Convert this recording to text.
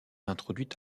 introduite